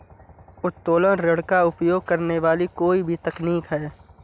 उत्तोलन ऋण का उपयोग करने वाली कोई भी तकनीक है